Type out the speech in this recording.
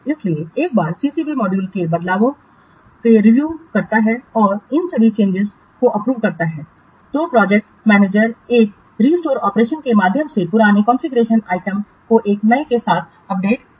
इसलिए एक बार CCB मॉड्यूल में बदलावों की रिव्यू करता है और इन सभी चेंजिंसों को अप्रूव करता है तो प्रोजेक्ट मैनेजर एक रिस्टोर ऑपरेशन के माध्यम से पुराने कॉन्फ़िगरेशन आइटम को नए के साथ अपडेट करता है